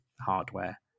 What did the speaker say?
hardware